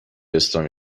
اسلامی